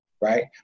right